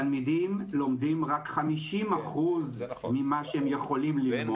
תלמידים לומדים רק 50% ממה שהם יכולים ללמוד.